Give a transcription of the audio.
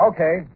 Okay